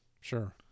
Sure